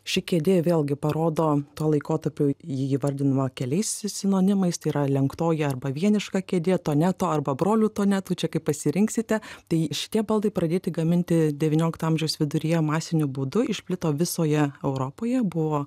ši kėdė vėlgi parodo tuo laikotarpiu ji įvardinama keliais sinonimais tai yra lenktoji arba vieniška kėdė toneto arba brolių tonetų čia kaip pasirinksite tai šitie baldai pradėti gaminti devyniolikto amžiaus viduryje masiniu būdu išplito visoje europoje buvo